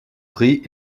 prix